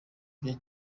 bya